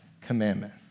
commandment